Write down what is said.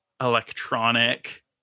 electronic